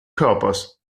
körpers